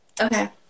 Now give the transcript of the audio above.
Okay